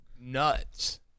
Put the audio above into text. nuts